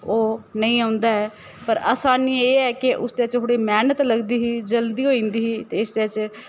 ओह् नेईं औंदा ऐ पर असानी एह् के ऐ उसदे च थोह्ड़ी मैह्नत लगदी हा जल्दी होई जंदी ही ते इस्सै च